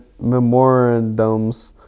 memorandums